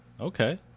Okay